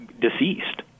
deceased